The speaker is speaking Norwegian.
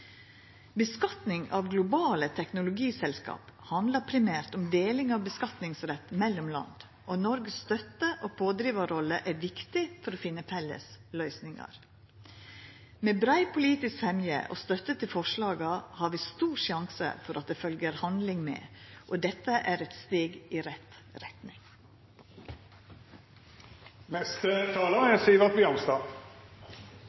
av globale teknologiselskap handlar primært om deling av skattleggingsrett mellom land, og støtte- og pådrivarrolla til Noreg er viktig for å finna felles løysingar. Med brei politisk semje og støtte til forslaga er det stor sjanse for at det følgjer handling med. Dette er eit steg i rett